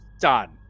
done